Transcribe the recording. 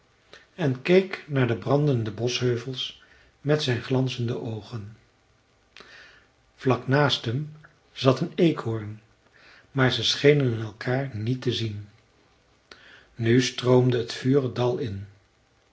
en keek naar de brandende boschheuvels met zijn glanzende oogen vlak naast hem zat een eekhoorn maar ze schenen elkaar niet te zien nu stroomde het vuur het dal in